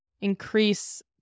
increase